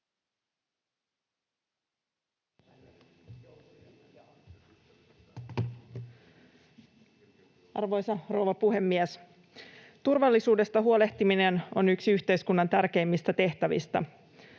Arvoisa rouva puhemies! Turvallisuudesta huolehtiminen on yksi yhteiskunnan tärkeimmistä tehtävistä.